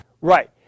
Right